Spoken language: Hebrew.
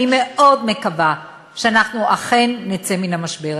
אני מאוד מקווה שאנחנו אכן נצא מן המשבר.